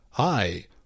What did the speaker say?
Hi